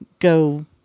go